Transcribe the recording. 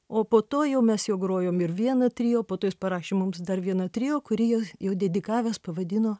o po to jau mes jau grojom ir vieną trio po to jis parašė mums dar vieną trio kurį jau dedikavęs pavadino